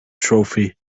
trophy